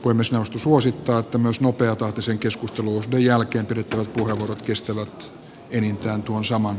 puhemiesneuvosto suosittaa että myös nopeatahtisen keskusteluosuuden jälkeen pidettävät puheenvuorot kestävät enintään tuon saman